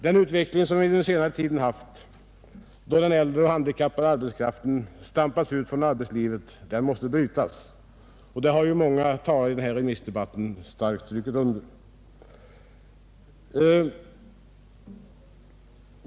Den utveckling vi haft under senare tid, då äldre och handikappad arbetskraft stampats ut från näringslivet, måste brytas. Detta har starkt understrukits av många talare under denna remissdebatt.